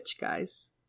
guys